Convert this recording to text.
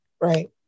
Right